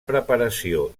preparació